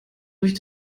durch